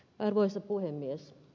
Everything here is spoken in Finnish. arvoisa puhemies